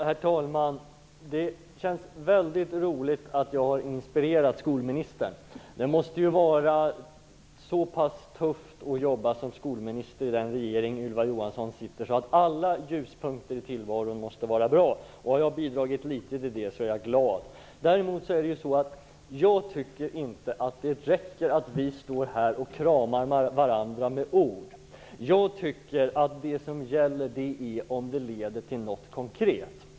Herr talman! Det känns väldigt roligt att jag har inspirerat skolministern. Det måste ju vara så pass tufft att jobba som skolminister i den regering som Ylva Johansson sitter att alla ljuspunkter i tillvaron måste vara välkomna. Har jag bidragit med litet så är jag glad. Däremot tycker jag inte att det räcker att vi står här och kramar varandra genom ord. Vad som gäller är om det leder till något konkret.